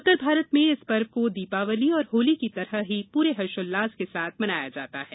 उत्तर भारत में इस पर्व को दीपावली और होली की तरह ही पूरे हर्षोल्लास के साथ मनाया जाता है